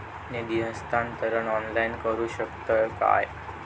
निधी हस्तांतरण ऑनलाइन करू शकतव काय?